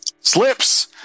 slips